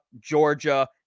Georgia